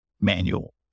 manual